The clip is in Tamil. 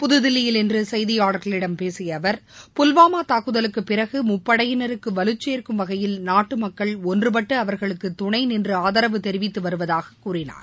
புதுதில்லியில் இன்று செய்தியாளர்களிடம் பேசிய அவர் புல்வாமா தாக்குதலுக்கு பிறகு முப்படையினருக்கு வலு சேர்க்கும் வகையில் நாட்டு மக்கள் ஒன்றுபட்டு அவர்களுக்கு துணை நின்று ஆதரவு தெரிவித்துவருவதாக கூறினார்